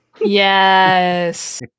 Yes